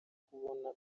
kubona